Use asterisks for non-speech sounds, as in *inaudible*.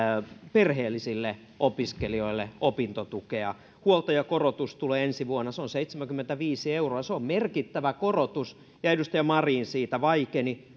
perheellisille opiskelijoille opintotukea huoltajakorotus tulee ensi vuonna se on seitsemänkymmentäviisi euroa ja se on merkittävä korotus edustaja marin siitä vaikeni *unintelligible*